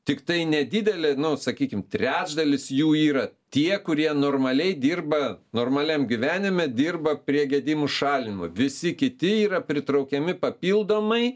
tiktai nedidelė nu sakykim trečdalis jų yra tie kurie normaliai dirba normaliam gyvenime dirba prie gedimų šalinimo visi kiti yra pritraukiami papildomai